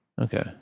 Okay